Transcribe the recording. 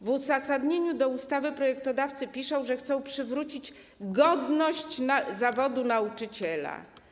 W uzasadnieniu ustawy projektodawcy napisali, że chcą przywrócić godność zawodu nauczyciela.